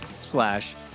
slash